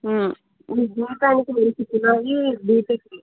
మీ జీవితానికి మీరు ఎంచుకున్నది బీటెక్